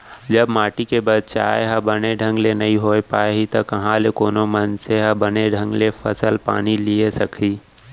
जब माटी के बचाय ह बने ढंग ले नइ होय पाही त कहॉं ले कोनो मनसे ह बने ढंग ले फसल पानी लिये सकही